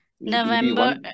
November